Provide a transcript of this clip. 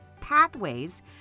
pathways